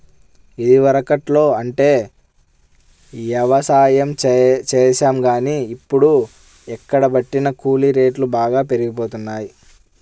ఇదివరకట్లో అంటే యవసాయం చేశాం గానీ, ఇప్పుడు ఎక్కడబట్టినా కూలీ రేట్లు బాగా పెరిగిపోతన్నయ్